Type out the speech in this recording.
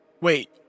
Wait